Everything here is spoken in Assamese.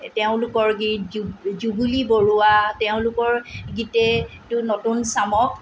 তেওঁলোকৰ গীত জু জুবুলি বৰুৱা তেওঁলোকৰ গীতেটো নতুন চামক